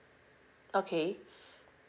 okay